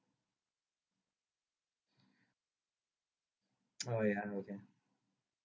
oh ya okay